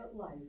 life